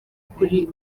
kuri